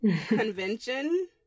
convention